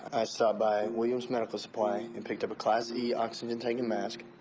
so by williams medical supply. i ipicked up a class e oxygen tank and mask.